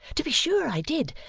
to be sure i did!